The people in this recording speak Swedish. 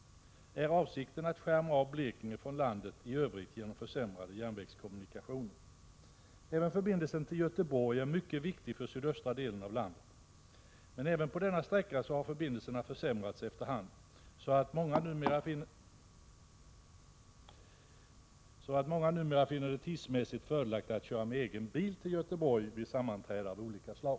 Är avsikten att skärma av Blekinge från landet i övrigt genom försämrade järnvägskommunikationer? Även förbindelsen till Göteborg är mycket viktig för den sydöstra delen av landet. Också på denna sträcka har emellertid förbindelserna försämrats efter hand, så att många numera finner det tidsmässigt fördelaktigt att köra med egen bil till Göteborg vid sammanträden av olika slag.